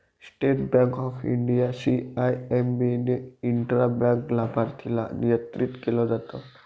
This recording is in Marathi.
state Bank of India, CIMB ने इंट्रा बँक लाभार्थीला नियंत्रित केलं जात